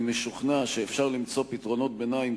אני משוכנע שאפשר למצוא פתרונות ביניים